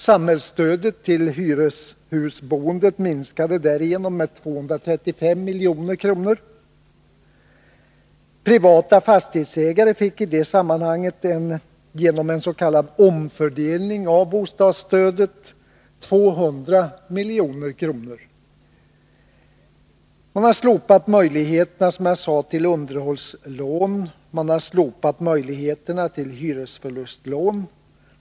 Samhällsstödet till hyreshusboendet minskade därigenom med 235 milj.kr. Privata fastighetsägare fick i det sammanhanget genom en s.k. omfördelning av bostadsstödet 200 milj.kr. Man har, som jag sade, slopat möjligheterna till underhållslån och till hyresförlustlån.